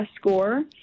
score